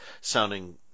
sounding